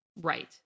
right